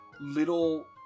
little